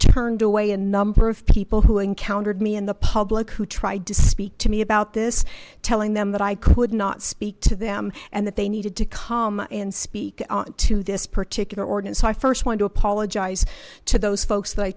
turned away a number of people who encountered me in the public who tried to speak to me about this telling them that i could not speak to them and that they needed to come and speak on to this particular ordinance so i first wanted to apologize to those folks that i